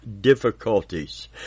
difficulties